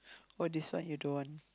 for this one you don't want